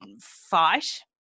fight